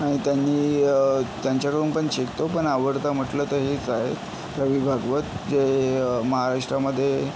आणि त्यांनी त्यांच्याकडून पण शिकतो पण आवडतं म्हटलं तर हेच आहेत रवी भागवत जे महाराष्ट्रामध्ये